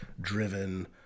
driven